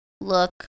look